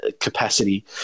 capacity